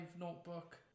notebook